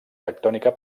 tectònica